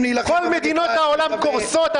להילחם במגפה --- כל מדינות העולם קורסות.